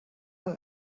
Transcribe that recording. hat